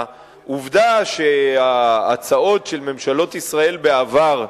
העובדה שההצעות של ממשלות ישראל בעבר,